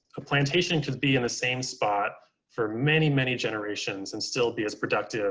ah plantation could be in the same spot for many, many generations and still be as productive